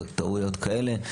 טעויות כאלה,